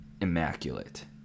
immaculate